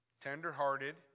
Tender-hearted